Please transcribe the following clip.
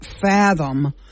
fathom